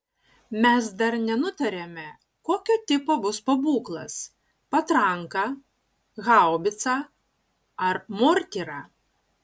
mes dar nenutarėme kokio tipo bus pabūklas patranka haubicą ar mortyra